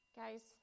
guys